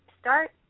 start